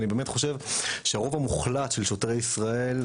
אני באמת חושב שהרוב המוחלט של שוטרי ישראל,